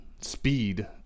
speed